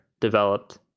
developed